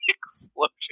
explosion